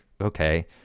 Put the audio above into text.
okay